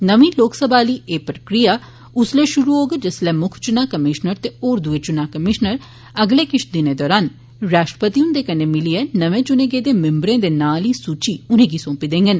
नमीं लोकसभा आह्ली एह् प्रक्रिया उसलै शुरु होग जिसलै मुक्ख चुनां कमिशनर ते होर दुए चुनां कमिशनर अगले किश दिनें दौरान राष्ट्रपति हुंदे कन्नै मिलियै नमें चुने गेदे मिम्बरें दे नाएं आह्ली सूची उनें'गी सौंपी देडन